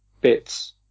bits